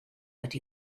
but